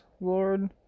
Lord